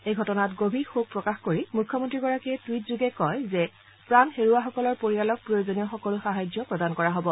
এই ঘটনাত গভীৰ শোক প্ৰকাশ কৰি মুখ্যমন্ত্ৰীগৰাকীয়ে টুইটযোগে কয় যে প্ৰাণ হেৰুওৱাসকলৰ পৰিয়ালক প্ৰয়োজনীয় সকলো সাহায্য প্ৰদান কৰা হ'ব